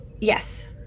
Yes